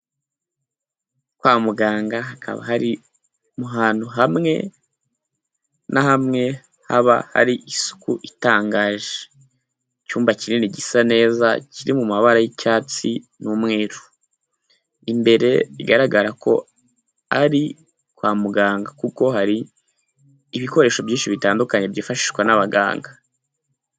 Kwa muganga, hakaba hari mu hantu hamwe na hamwe haba hari isuku itangaje, icyumba kinini gisa neza, kiri mu mabara y'icyatsi n'umweru, imbere bigaragara ko ari kwa muganga, kuko hari ibikoresho byinshi bitandukanye byifashishwa n'abaganga.